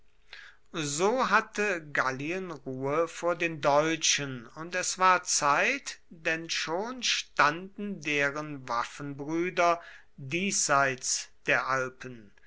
so hatte gallien ruhe vor den deutschen und es war zeit denn schon standen deren waffenbrüder diesseits der alpen